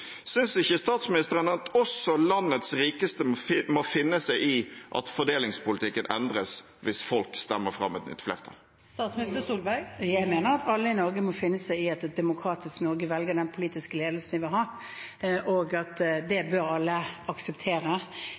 Synes ikke statsministeren at også landets rikeste må finne seg i at fordelingspolitikken endres, hvis folk stemmer fram et nytt flertall? Jeg mener at alle i Norge må finne seg i at et demokratisk Norge velger den politiske ledelsen de vil ha, og at det bør alle akseptere.